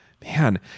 Man